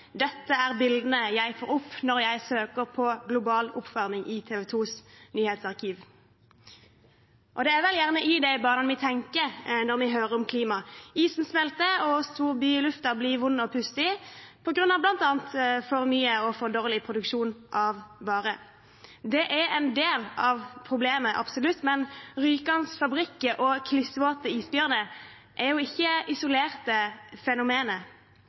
dette er bildene jeg får opp når jeg søker på global oppvarming i TV 2s nyhetsarkiv. Det er vel gjerne i de banene vi tenker når vi hører om klima. Isen smelter, og storbyluften blir vond å puste i på grunn av bl.a. for mye og for dårlig produksjon av varer. Det er absolutt en del av problemet, men rykende fabrikker og klissvåte isbjørner er ikke isolerte